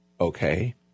okay